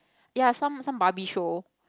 ya some some Barbie show